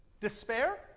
Despair